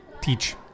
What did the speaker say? teach